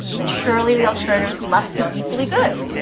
then surely the alternatives must be equally good.